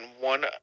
one